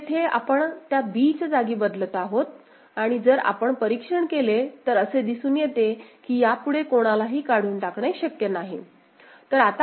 तर येथे आपण त्या b च्या जागी बदलत आहोत आणि जर आपण परीक्षण केले तर असे दिसून येते की यापुढे कोणालाही काढून टाकणे शक्य नाही